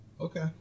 Okay